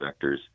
vectors